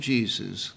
Jesus